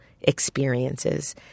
experiences